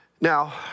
Now